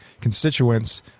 constituents